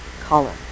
color